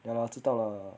ya lah 知道 lah